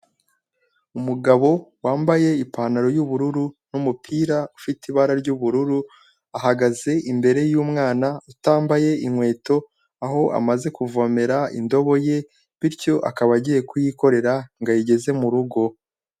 Umugabo wambaye ipantaro y'ubururu n'umupira ufite ibara ry'ubururu, ahagaze imbere y'umwana utambaye inkweto, aho amaze kuvomera indobo ye bityo akaba agiye kuyikorera ngo ayigeze mu rugo.